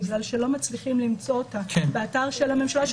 בגלל שלא מצליחים למצוא אותה באתר של הממשלה,